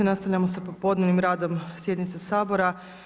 Nastavljamo sa popodnevnim radom sjednice Sabora.